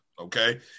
Okay